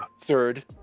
third